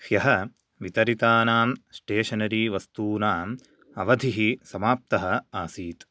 ह्यः वितरितानां स्टेशनरी वस्तूनाम् अवधिः समाप्तः आसीत्